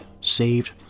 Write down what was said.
saved